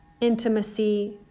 intimacy